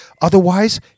Otherwise